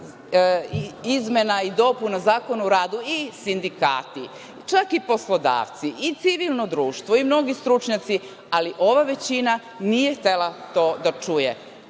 izmena i dopuna Zakona o radu i sindikati, čak i poslodavci, i civilno društvo i mnogi stručnjaci, ali ova većina nije htela to da čuje.